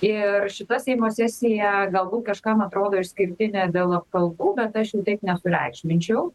ir šita seimo sesija galbūt kažkam atrodo išskirtinė dėl apkaltų bet aš jų taip nesureikšminčiau